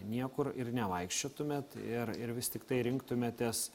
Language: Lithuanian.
niekur ir nevaikščiotumėt ir ir vis tiktai rinktumėtės